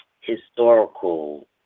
historical